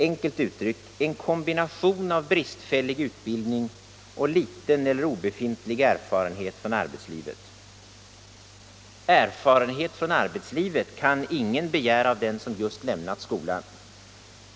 Enkelt uttryckt: en kombination av bristfällig utbildning och liten eller obefintlig erfarenhet från arbetslivet. Erfarenhet från arbetslivet kan ingen begära av den som just lämnat skolan.